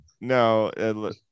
No